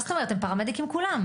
מה זאת אומרת, הם פרמדיקים כולם.